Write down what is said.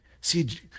See